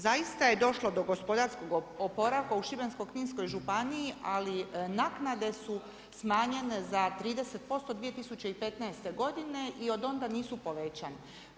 Zaista je došlo do gospodarskog oporavka u Šibensko-kninskoj županiji ali naknade su smanjenje za 30% 2015. godine i od onda nisu povećane.